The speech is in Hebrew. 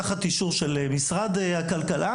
תחת אישור של המשרד הכלכלה.